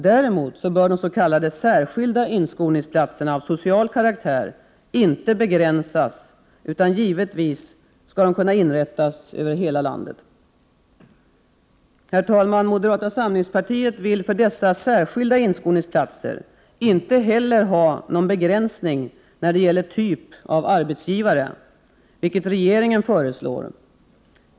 Däremot bör de s.k. särskilda inskolningsplatserna av social karaktär inte begränsas, utan de skall givetvis kunna inrättas över hela landet. Moderata samlingspartiet vill för dessa särskilda inskolningsplatser inte heller ha någon begränsning när det gäller typ av arbetsgivare, vilket regeringen föreslår.